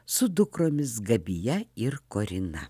su dukromis gabija ir korina